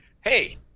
hey